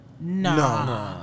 No